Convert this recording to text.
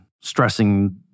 stressing